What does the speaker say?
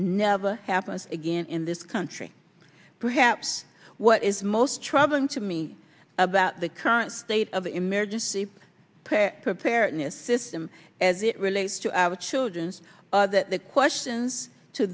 never happens again in this country perhaps what is most troubling to me about the current state of emergency preparedness system as it relates to our children's questions to